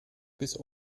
bis